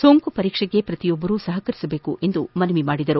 ಸೋಂಕು ಪರೀಕ್ಷೆಗೆ ಪ್ರತಿಯೊಬ್ಬರು ಸಹಕರಿಸಬೇಕು ಎಂದು ಮನವಿ ಮಾಡಿದರು